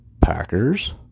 packers